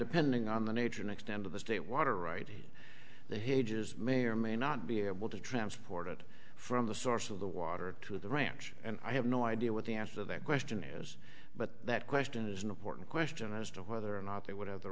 depending on the nature and extent of the state water rights the hage is may or may not be able to transport it from the source of the water to the ranch and i have no idea what the answer that question is but that question is an important question as to whether or not they would have the